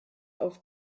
auf